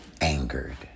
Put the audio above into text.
angered